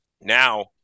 Now